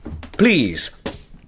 Please